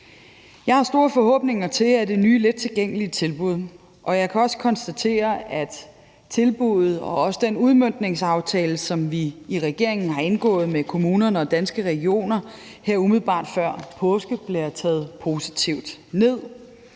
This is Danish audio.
Jeg har store forhåbninger til det nye lettilgængelige behandlingstilbud, og jeg kan også konstatere, at tilbuddet og også den udmøntningsaftale, som vi i regeringen har indgået med Kommunernes Landsforening og Danske Regioner her umiddelbart før påske, bliver taget positivt ned.